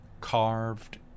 carved